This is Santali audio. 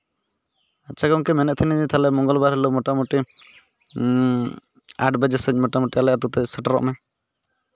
ᱟᱪᱪᱷᱟ ᱜᱚᱝᱠᱮ ᱢᱮᱱᱮᱛ ᱛᱟᱦᱮᱱᱤᱧ ᱢᱚᱝᱜᱚᱞ ᱵᱟᱨ ᱦᱤᱞᱳᱜ ᱢᱚᱴᱟᱢᱩᱴᱤ ᱟᱴ ᱵᱟᱡᱮ ᱥᱮᱡ ᱢᱚᱴᱟᱢᱩᱴᱤ ᱟᱞᱮ ᱟᱛᱩ ᱛᱮ ᱥᱮᱴᱚᱨᱚᱜ ᱢᱮ